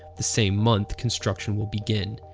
the same month construction will begin.